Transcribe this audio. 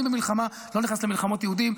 אני במלחמה לא נכנס למלחמות היהודים.